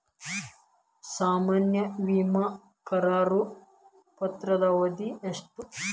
ಸಾಮಾನ್ಯ ವಿಮಾ ಕರಾರು ಪತ್ರದ ಅವಧಿ ಎಷ್ಟ?